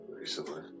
recently